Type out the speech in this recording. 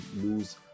lose